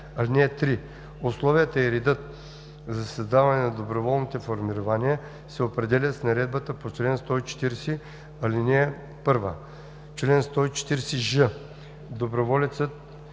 (3) Условията и редът за създаването на доброволните формирования се определят с наредбата по чл. 140л, ал. 1. Чл. 140ж. Доброволецът